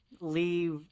leave